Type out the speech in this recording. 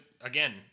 again